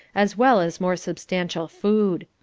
as well as more substantial food.